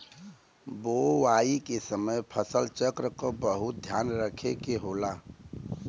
बोवाई के समय फसल चक्र क बहुत ध्यान रखे के होला